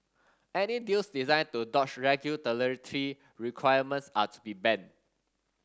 any deals designed to dodge requirements are to be banned